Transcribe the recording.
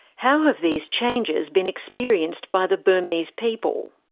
how have these changes been experienced by the burmese people?